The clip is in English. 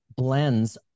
blends